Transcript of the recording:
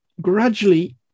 Gradually